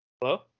Hello